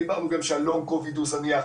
דיברנו גם שהלונג-קוביד הוא זניח.